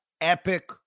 epic